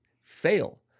fail